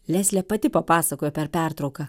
leslė pati papasakojo per pertrauką